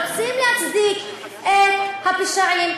רוצים להצדיק את הפשעים,